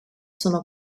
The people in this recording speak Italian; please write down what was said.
sono